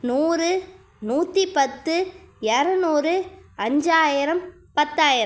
நூறு நூற்றி பத்து இரநூறு அஞ்சாயிரம் பத்தாயிரம்